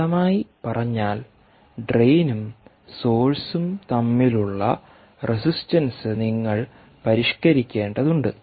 ലളിതമായി പറഞ്ഞാൽ ഡ്രെയിനും സോഴ്സും തമ്മിലുള്ള റസിസ്റ്റൻസ് നിങ്ങൾ പരിഷ്കരിക്കേണ്ടതുണ്ട്